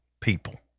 people